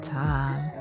time